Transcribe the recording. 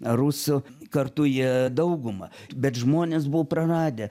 rusų kartu jie daugumą bet žmonės buvo praradę